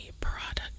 product